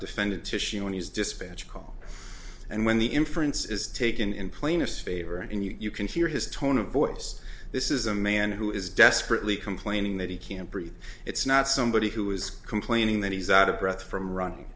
defendant issue when he's dispatch call and when the inference is taken in plaintiff's favor and you can hear his tone of voice this is a man who is desperately complaining that he can't breathe it's not somebody who is complaining that he's out of breath from running